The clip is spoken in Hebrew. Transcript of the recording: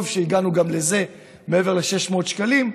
טוב שהגענו גם לזה, מעבר ל-600 שקלים.